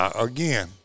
again